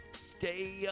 stay